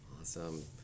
Awesome